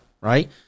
right